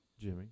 Jimmy